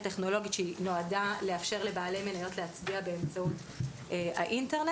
טכנולוגית שהיא נועדה לאפשר לבעלי מניות להצביע באמצעות האינטרנט.